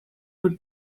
would